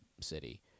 city